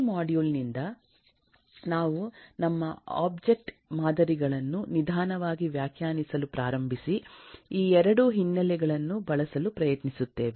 ಈ ಮಾಡ್ಯೂಲ್ ನಿಂದ ನಾವು ನಮ್ಮ ಒಬ್ಜೆಕ್ಟ್ ಮಾದರಿಗಳನ್ನು ನಿಧಾನವಾಗಿ ವ್ಯಾಖ್ಯಾನಿಸಲು ಪ್ರಾರಂಭಿಸಿ ಈ ಎರಡೂ ಹಿನ್ನೆಲೆಗಳನ್ನು ಬಳಸಲು ಪ್ರಯತ್ನಿಸುತ್ತೇವೆ